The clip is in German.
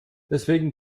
deswegen